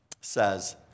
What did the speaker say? Says